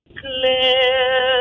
clear